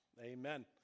Amen